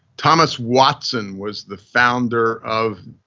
thomas watson was the founder of.